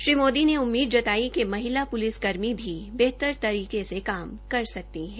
श्री मोदी ने उम्मीद जताई कि महिला पुलिस कर्मी भी बेहतर तरीके से काम कर सकती है